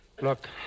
Look